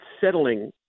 settling